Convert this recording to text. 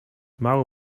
mały